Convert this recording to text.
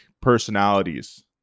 personalities